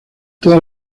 todas